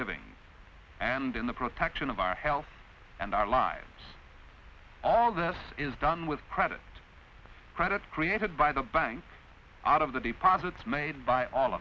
living and in the protection of our health and our lives all this is done with credit credit created by the banks out of the deposits made by